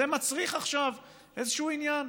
זה מצריך עכשיו איזשהו עניין,